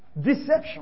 Deception